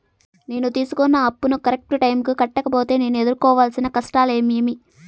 నేను తీసుకున్న అప్పును కరెక్టు టైముకి కట్టకపోతే నేను ఎదురుకోవాల్సిన కష్టాలు ఏమీమి?